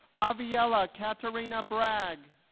avvyella katerina bragg